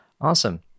awesome